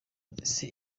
ese